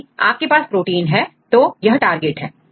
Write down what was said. यदि आपके पास प्रोटीन है तो यह टारगेट है